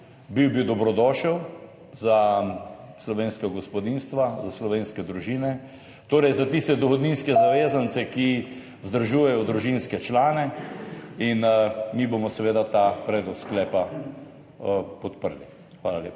bil bi dobrodošel za slovenska gospodinjstva, za slovenske družine, torej za tiste dohodninske zavezance, ki vzdržujejo družinske člane. Mi bomo seveda ta predlog sklepa podprli. Hvala lepa.